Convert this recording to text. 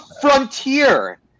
Frontier